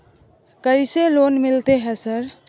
कैसे लोन मिलते है सर?